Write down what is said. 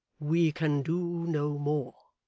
we can do no more